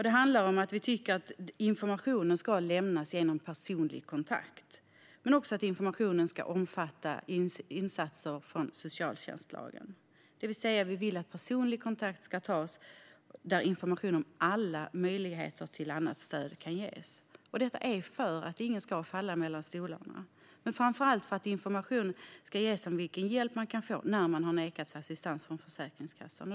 Det handlar om att vi tycker att informationen ska lämnas genom personlig kontakt, men också att informationen ska omfatta insatser enligt socialtjänstlagen. Vi vill alltså att personlig kontakt ska tas så att information om alla möjligheter till annat stöd kan ges. Syftet är att ingen ska falla mellan stolarna, men framför allt att information ska ges om vilken hjälp man kan få när man har nekats assistans av Försäkringskassan.